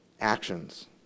actions